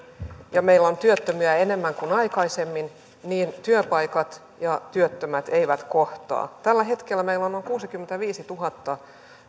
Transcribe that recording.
ja meillä on työttömiä enemmän kuin aikaisemmin niin työpaikat ja työttömät eivät kohtaa tällä hetkellä meillä on noin kuusikymmentäviisituhatta